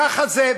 ככה זה.